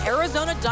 Arizona